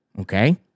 Okay